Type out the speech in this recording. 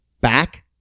back